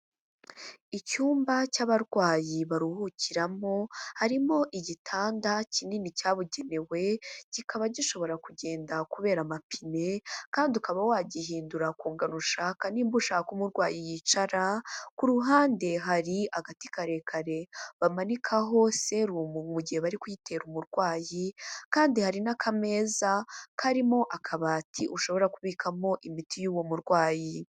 Icyumba cy'abarwayi baruhukiramo, harimo igitanda kinini cyabugenewe, kikaba gishobora kugenda kubera amapine kandi ukaba wagihindura ku ngano ushaka nimba ushaka umurwayi yicara, ku ruhande hari agati karekare bamanikaho serumu mu gihe bari kuyitera umurwayi kandi hari n'akameza karimo akabati ushobora kubikamo imiti y'uwo murwayi.